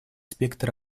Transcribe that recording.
спектр